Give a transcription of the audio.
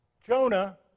Jonah